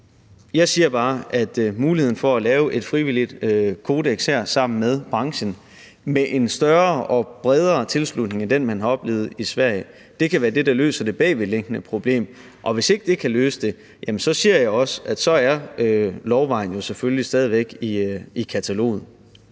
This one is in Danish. Jeg siger bare, at muligheden for at lave et frivilligt kodeks her sammen med branchen med en større og bredere tilslutning end den, man har oplevet i Sverige, kan være det, der løser det bagvedliggende problem. Og hvis ikke det kan løse det, ser jeg også, at lovgivningsvejen selvfølgelig stadig væk er i kataloget.